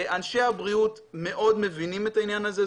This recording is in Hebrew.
אנשי הבריאות מאוד מבינים את העניין הזה.